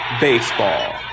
Baseball